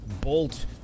bolt